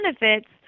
benefits